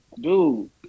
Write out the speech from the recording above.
dude